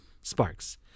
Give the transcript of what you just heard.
sparks